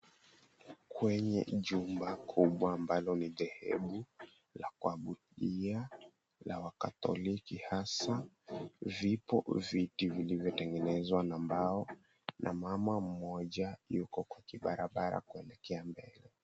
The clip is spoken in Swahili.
Kwenye jumba kubwa ambalo ni dhehebu la kuabudia la wakatholiki hasa, vipo viti vilivyotengenezwa na mbao na mama mmoja yuko kwa kibarabara kuelekea mbele.